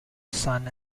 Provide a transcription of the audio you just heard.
son